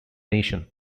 nation